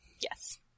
Yes